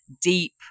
deep